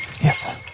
Yes